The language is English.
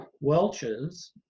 Welch's